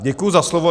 Děkuji za slovo.